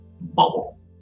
bubble